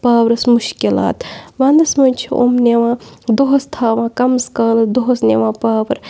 پاورَس مُشکِلات وَنٛدَس منٛز چھِ یِم نِوان دۄہَس تھاوان کَمس کالَس دۄہَس نِوان پاوَر